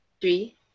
Three